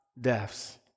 deaths